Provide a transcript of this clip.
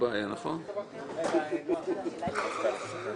מיקי יציג.